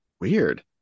weird